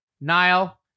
Niall